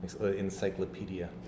encyclopedia